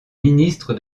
ministre